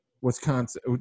Wisconsin